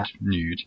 nude